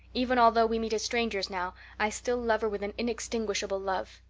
even although we meet as strangers now i still love her with an inextinguishable love.